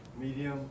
medium